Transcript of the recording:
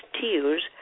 tears